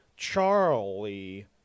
Charlie